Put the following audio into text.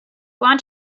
want